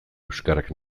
euskarak